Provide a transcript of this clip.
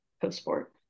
post-sport